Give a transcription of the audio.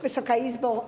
Wysoka Izbo!